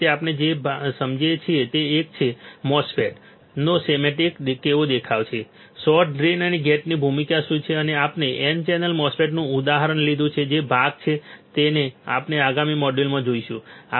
સામાન્ય રીતે આપણે આજે જે સમજીએ છીએ તે એ છે કે MOSFET નો સ્કેમેટિક કેવો દેખાય છે સોર્સ ડ્રેઇન અને ગેટની ભૂમિકા શું છે અને આપણે N ચેનલ MOSFET નું ઉદાહરણ લીધું છે જે ભાગ છે તે આપણે આગામી મોડ્યુલમાં જોઈશું